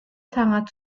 sangat